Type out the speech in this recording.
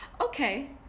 okay